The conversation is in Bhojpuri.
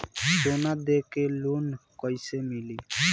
सोना दे के लोन कैसे मिली?